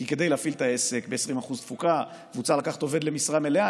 כי כדי להפעיל את העסק ב-20% תפוקה הוא צריך לקחת עובד במשרה מלאה,